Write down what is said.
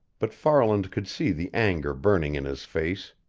but farland could see the anger burning in his face.